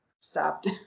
stopped